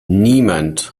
niemand